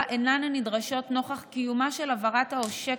אינן נדרשות נוכח קיומה של עבירת העושק,